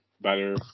better